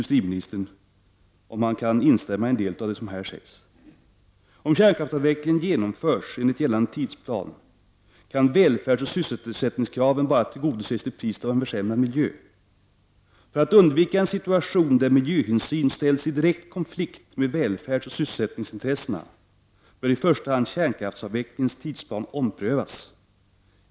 Det är hämtat ur en skrift med titeln Energisystem för miljö och välfärd, utgiven av Fabriks, Gruv, Metall och Pappers: ”Om kärnkraftsavvecklingen genomförs enligt gällande tidplan kan välfärdsoch sysselsättningskraven bara tillgodoses till priset av försämrad miljö. -——- För att undvika en situation där miljöhänsynen ställs i direkt konflikt med välfärdsoch sysselsättningsintressena bör i första hand kärnkraftsavvecklingens tidplan omprövas.